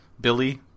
Billy